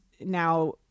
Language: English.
now